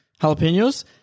jalapenos